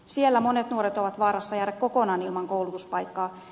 siellä monet nuoret ovat vaarassa jäädä kokonaan ilman koulutuspaikkaa